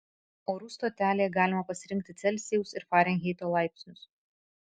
orų stotelėje galima pasirinkti celsijaus ir farenheito laipsnius